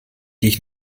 dich